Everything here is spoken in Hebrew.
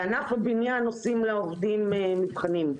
בענף הבנייה עושים לעובדים מבחנים,